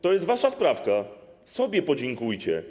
To jest wasza sprawka, sobie podziękujcie.